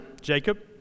Jacob